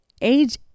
age